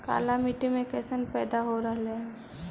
काला मिट्टी मे कैसन पैदा हो रहले है?